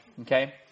Okay